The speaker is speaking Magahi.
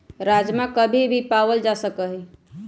राजमा कभी भी पावल जा सका हई